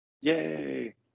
Yay